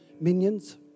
minions